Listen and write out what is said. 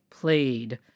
played